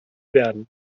werden